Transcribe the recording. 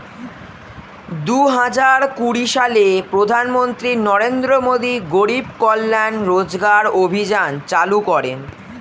দুহাজার কুড়ি সালে প্রধানমন্ত্রী নরেন্দ্র মোদী গরিব কল্যাণ রোজগার অভিযান চালু করেন